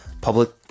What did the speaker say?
public